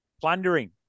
Plundering